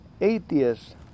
atheist